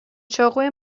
چاقوی